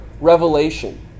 revelation